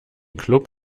club